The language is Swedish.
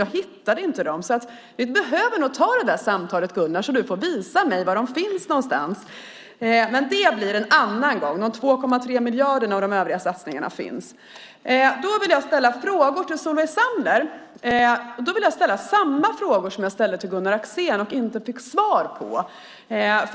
Jag hittar dem inte, så vi behöver nog ta det samtalet, Gunnar, så att du får visa mig var de finns någonstans. Men det blir en annan gång. De 2,3 miljarderna och de övriga satsningarna finns. Jag vill ställa frågor till Solveig Zander, och jag vill då ställa samma frågor som jag ställde till Gunnar Axén och inte fick svar på.